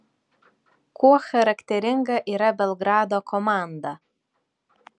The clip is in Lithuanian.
kuo charakteringa yra belgrado komanda